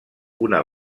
una